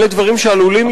אלה דברים שעלולים לקרות.